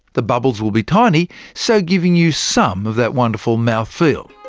the bubbles will be tiny, so giving you some of that wonderful mouth feel.